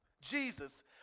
Jesus